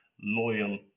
loyal